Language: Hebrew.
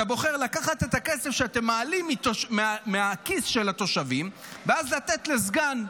אתה בוחר לקחת את הכסף שאתם מעלים מהכיס של התושבים ואז לתת לסגן,